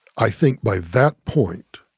i think, by that point,